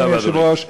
אדוני היושב-ראש,